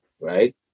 right